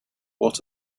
what